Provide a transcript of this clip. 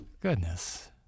goodness